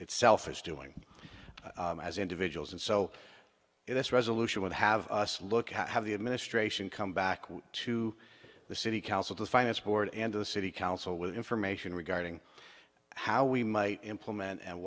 itself is doing as individuals and so if this resolution would have us look have the administration come back to the city council the finance board and the city council with information regarding how we might implement and